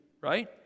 right